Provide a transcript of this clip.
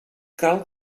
cal